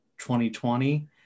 2020